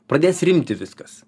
pradės rimti viskas